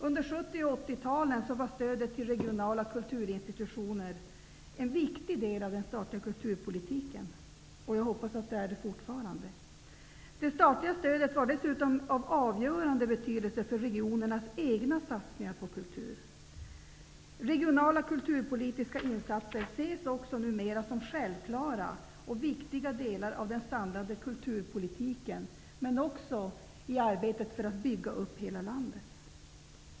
Under 70 och 80-talen var stödet till regionala kulturinstitutioner en viktig del av den statliga kulturpolitiken. Jag hoppas att det är så fortfarande. Det statliga stödet var dessutom av avgörande betydelse för regionernas egna satsningar på kultur. Regionala kulturpolitiska insatser ses också numera som självklara och viktiga delar av den samlade kulturpolitiken, men också i arbetet att bygga upp hela landet.